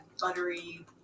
buttery